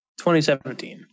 2017